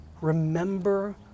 Remember